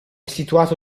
situato